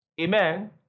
Amen